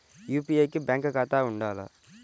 UPI కి bank ఖాతా ఉండాల?